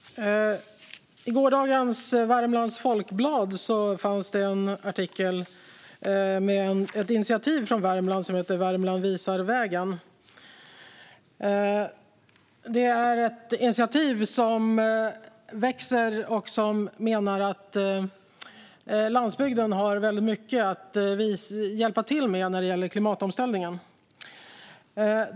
Fru talman! I gårdagens Värmlands Folkblad finns en artikel om ett initiativ i Värmland som heter Värmland visar vägen - ett initiativ som växer. Man menar att landsbygden har väldigt mycket att hjälpa till med när det gäller klimatomställningen.